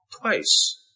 twice